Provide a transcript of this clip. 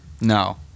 No